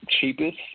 cheapest